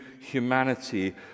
humanity